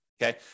Okay